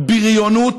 בריונות,